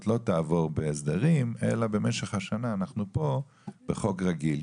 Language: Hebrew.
לא תעבור בהסדרים אלא במשך השנה אנחנו פה בחוק רגיל?